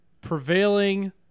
prevailing